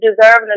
deserving